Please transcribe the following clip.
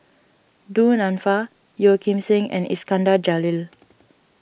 Du Nanfa Yeo Kim Seng and Iskandar Jalil